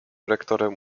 rektorem